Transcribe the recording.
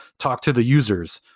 talk to the users.